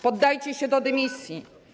Podajcie się do dymisji.